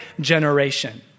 generation